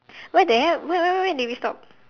where the hell where where where did we stop